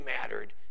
mattered